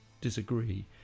disagree